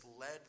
led